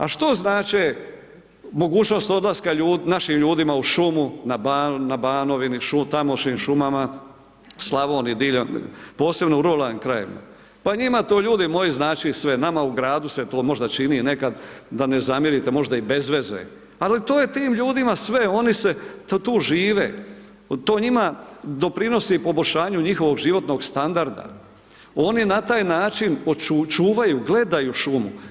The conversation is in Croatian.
A što znače mogućnost odlaska našim ljudima u šumu, na Banovini, tamošnjim šumama, Slavoniji, diljem, posebno u ruralnim krajevima, pa njima to ljudi moji znači sve, nama u gradu se to možda čini nekad, da ne zamjerite, možda i bez veze, ali to je tim ljudima sve, oni se, tu žive, to njima doprinosi poboljšanju njihovog životnog standarda, oni na taj način čuvaju, gledaju šumu.